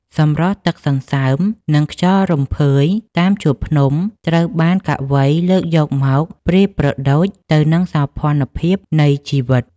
សម្រស់ទឹកសន្សើម និងខ្យល់រំភើយតាមជួរភ្នំ ត្រូវបានកវីលើកយកមកប្រៀបប្រដូចទៅនឹងសោភ័ណភាពនៃជីវិត។